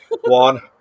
One